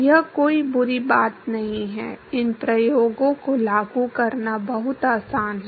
यह कोई बुरी बात नहीं है इन प्रयोगों को लागू करना बहुत आसान है